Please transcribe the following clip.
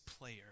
player